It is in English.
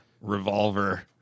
Revolver